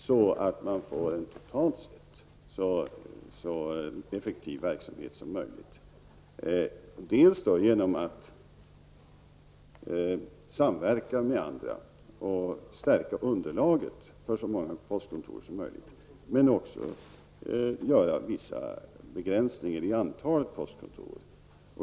För att få en totalt sett så effektiv verksamhet som möjligt måste man dels samverka med andra och stärka underlaget för så många postkontor som möjligt, dels göra vissa begränsningar i antalet postkontor.